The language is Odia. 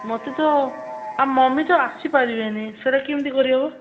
ମୋତେ ତ ଆଉ ମମି ତ ଆସିପାରିବେନି ସେଇଟା କେମିତି କରିହେବ